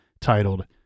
titled